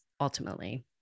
ultimately